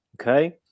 Okay